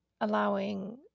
allowing